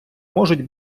можуть